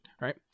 right